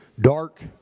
dark